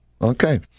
Okay